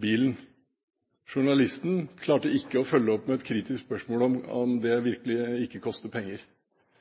bilen. Journalisten klarte ikke å følge opp med et kritisk spørsmål om det virkelig ikke koster penger.